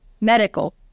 medical